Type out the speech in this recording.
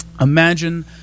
Imagine